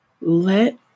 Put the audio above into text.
let